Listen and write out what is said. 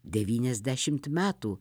devyniasdešimt metų